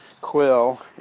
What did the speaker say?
quill